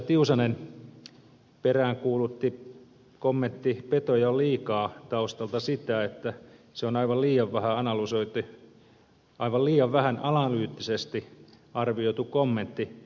tiusanen peräänkuulutti kommentin petoja on liikaa taustalta sitä että se on aivan liian vähän analyyttisesti arvioitu kommentti